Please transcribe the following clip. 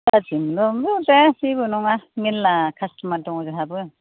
गाज्रि मोनबा मोनबाय अरजाया जेबो नङा मेल्ला कास्त'मार दङ जोंहाबो